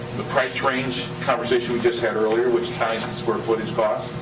the price range conversation we just had earlier, which ties in square footage costs,